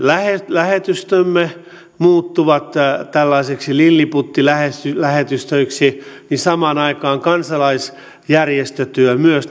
lähetystömme muuttuvat tällaisiksi lilliputtilähetystöiksi kansalaisjärjestötyö myös